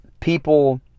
People